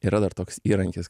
yra dar toks įrankis